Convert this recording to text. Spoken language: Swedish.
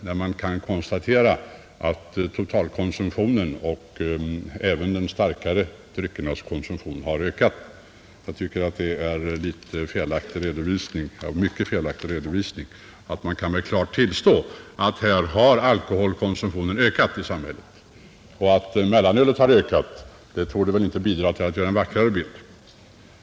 Man kan ju konstatera att både konsumtionen totalt och konsumtionen av starkare spritdrycker har ökat. Jag tycker att det är en helt felaktig redovisning. Man kunde i stället klart ha tillstått att alkoholkonsumtionen i samhället har ökat. Och att mellanölskonsumtionen har ökat torde inte bidra till att göra bilden vackrare.